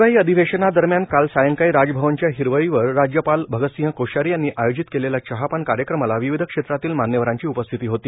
हिवाळी अधिवेशनादरम्यान काल सायंकाळी राजभवनाच्या हिरवळीवर राज्यपाल भगतसिंह कोश्यारी यांनी आयोजित केलेल्या चहापान कार्यक्रमाला विविध क्षेत्रातील मान्यवरांची उपस्थिती होती